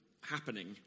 happening